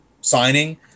signing –